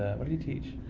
but he teach?